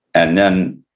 and then,